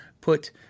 put